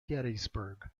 gettysburg